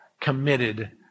committed